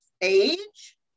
age